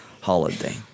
holiday